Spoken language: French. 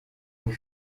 une